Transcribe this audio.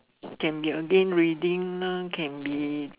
can be again reading mah can be